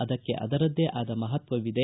ಅದಕ್ಕೆ ಅದರದ್ದೇ ಆದ ಮಹತ್ವವಿದೆ